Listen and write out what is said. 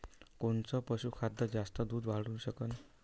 कोनचं पशुखाद्य जास्त दुध वाढवू शकन?